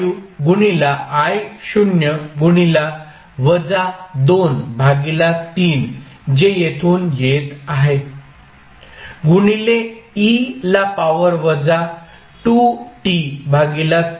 5 गुणिले I शून्य गुणिले वजा 2 भागीला 3 जे येथून येत आहे गुणिले e ला पावर वजा 2t भागीला 3 होईल